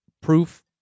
proof